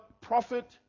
prophet